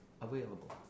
available